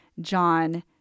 John